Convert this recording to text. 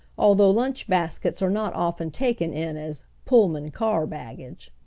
although lunch baskets are not often taken in as pullman car baggage.